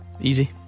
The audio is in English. Easy